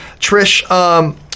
Trish